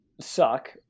suck